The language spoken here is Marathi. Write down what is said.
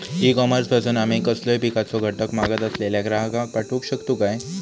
ई कॉमर्स पासून आमी कसलोय पिकाचो घटक मागत असलेल्या ग्राहकाक पाठउक शकतू काय?